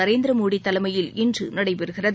நரேந்திர மோடி தலைமையில் இன்று நடைபெறுகிறது